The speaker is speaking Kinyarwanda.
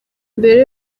mbere